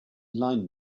line